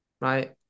right